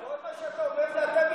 כל מה שאתה אומר זה אתם החלטתם.